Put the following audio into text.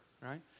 right